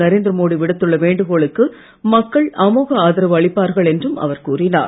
நரேந்திர விடுத்துள்ள வேண்டுகோளுக்கு மக்கள் அமோக ஆதரவு அளிப்பார்கள் என்றும் அவர் கூறினார்